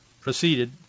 proceeded